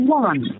one